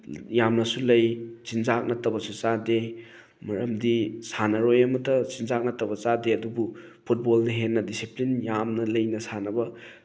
ꯌꯥꯝꯅꯁꯨ ꯂꯩ ꯆꯤꯟꯖꯥꯛ ꯅꯠꯇꯕꯁꯨ ꯆꯥꯗꯦ ꯃꯔꯝꯗꯤ ꯁꯥꯟꯅꯔꯣꯏ ꯑꯃꯇ ꯆꯤꯟꯖꯥꯛ ꯅꯠꯇꯕ ꯆꯥꯗꯦ ꯑꯗꯨꯕꯨ ꯐꯨꯠꯕꯣꯜꯅ ꯍꯦꯟꯅ ꯗꯤꯁꯤꯄ꯭ꯂꯤꯟ ꯌꯥꯝꯅ ꯂꯩꯅ ꯁꯥꯟꯅꯕ